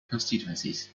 constituencies